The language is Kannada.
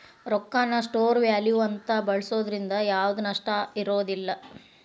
ರೊಕ್ಕಾನ ಸ್ಟೋರ್ ವ್ಯಾಲ್ಯೂ ಅಂತ ಬಳ್ಸೋದ್ರಿಂದ ಯಾವ್ದ್ ನಷ್ಟ ಇರೋದಿಲ್ಲ